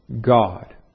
God